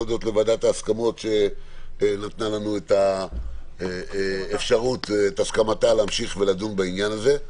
להודות לוועדת ההסכמות שנתנה לנו את הסכמתה להמשיך לדון בעניין הזה.